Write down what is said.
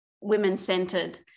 women-centered